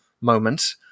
moment